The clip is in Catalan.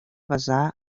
passar